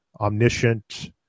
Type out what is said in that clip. omniscient